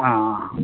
ಹಾಂ